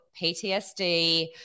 PTSD